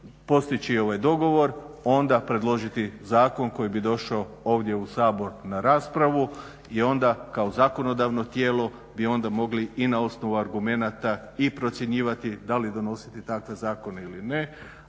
postići ovaj dogovor onda predložiti zakon koji bi došao ovdje u Sabor na raspravu i onda kao zakonodavno tijelo bi onda mogli i na osnovu argumenata i procjenjivati da li donositi takve zakone ili ne,